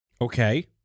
Okay